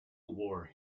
war